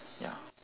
ya